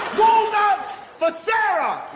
walnuts for sarah!